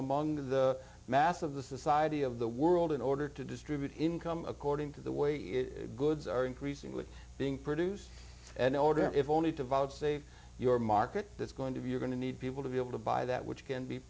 among the mass of the society of the world in order to distribute income according to the way you goods are increasingly being produced and order if only to vouchsafe your market that's going to be you're going to need people to be able to buy that which can be